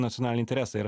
nacionalinį interesą ir